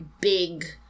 big